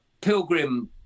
pilgrim